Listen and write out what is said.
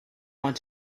want